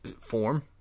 form